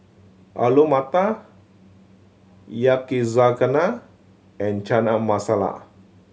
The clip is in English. Alu Matar Yakizakana and Chana Masala